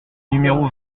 numéro